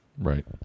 Right